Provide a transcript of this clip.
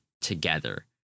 together